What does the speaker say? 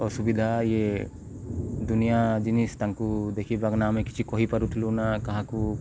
ଅସୁବିଧା ଇଏ ଦୁନିଆଁ ଜିନିଷ୍ ତାଙ୍କୁ ଦେଖିବାକିନା ଆମେ କିଛି କହିପାରୁଥିଲୁ ନା କାହାକୁ